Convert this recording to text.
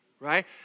Right